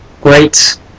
great